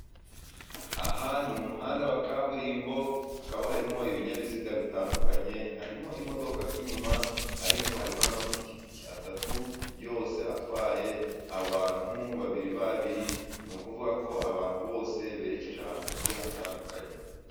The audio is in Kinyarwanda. Aha ni mu muhanda wa kaburimbo, hakaba harimo ibinyabiziga bitandukanye, harimo imodoka nk'inyuma ariko harimo n'amapikipiki atatu yose atwaye abantu babiri babiri, ni ukuvuga ko abantu bose berekeje ahantu hagiye hatandukanye.